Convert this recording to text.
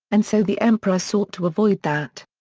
and so the emperor sought to avoid that.